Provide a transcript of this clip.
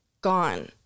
Gone